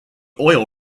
oil